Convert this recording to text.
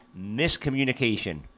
miscommunication